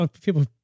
people